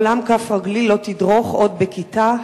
לעולם כף רגלי לא תדרוך עוד בכיתה,